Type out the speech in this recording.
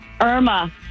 Irma